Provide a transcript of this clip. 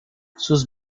sus